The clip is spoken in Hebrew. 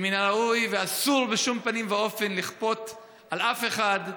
שמן הראוי ואסור בשום פנים ואופן לכפות על אף אחד,